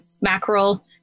mackerel